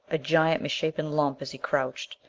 a giant misshapen lump as he crouched.